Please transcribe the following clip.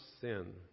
sin